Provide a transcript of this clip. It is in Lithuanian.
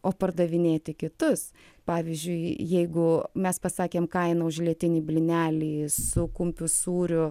o pardavinėti kitus pavyzdžiui jeigu mes pasakėm kainą už lietinį blynelį su kumpiu sūriu